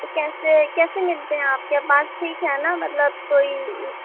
کیسے کیسے مِلتے ہیں آپ کے پاس ٹھیک ہے نا مطلب کوئی